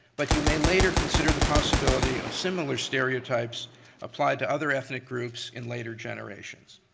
but you may later consider the possibility of similar stereotypes applied to other ethnic groups in later generations.